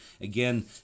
Again